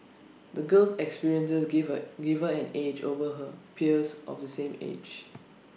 the girl's experiences gave her gave her an edge over her peers of the same age